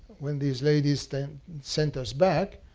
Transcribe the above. when these ladies then sent us back.